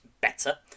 better